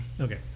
Okay